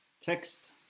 text